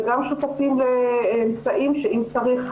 וגם שותפים לאמצעים שאם צריך,